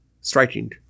striking